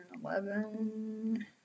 eleven